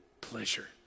pleasure